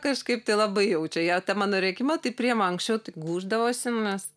kažkaip tai labai jaučia jie tą mano rėkimą tai priima anksčiau tik gūždavosi nes